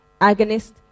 agonist